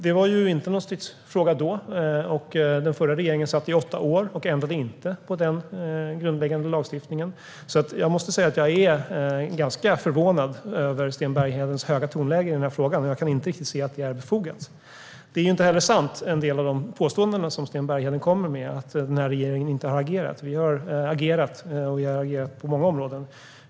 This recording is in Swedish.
Det var inte någon stridsfråga då, och den förra regeringen satt i åtta år utan att ändra denna grundläggande lagstiftning. Jag måste därför säga att jag är ganska förvånad över Sten Berghedens höga tonläge i frågan. Jag kan inte riktigt se att det är befogat. En del av de påståenden som Sten Bergheden kommer med om att regeringen inte har agerat är inte heller sanna. Vi har agerat, och vi har agerat på många områden.